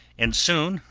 and soon,